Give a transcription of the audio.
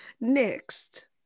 Next